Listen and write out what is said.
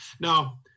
Now